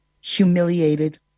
humiliated